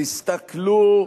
תסתכלו,